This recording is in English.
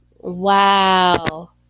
wow